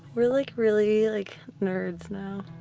we're like really like nerds now.